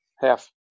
half